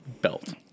Belt